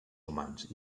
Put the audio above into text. humans